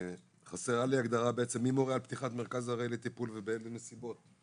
חסרה לי ההגדרה מי מורה על פתיחת מרכז ארעי לטיפול ובאיזה נסיבות.